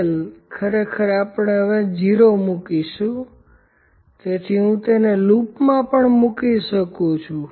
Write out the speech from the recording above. L ખરેખર આપણે હવે 0 મૂકીશું તેથી હું તેને લુપમાં પણ મૂકી શકું છું